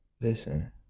Listen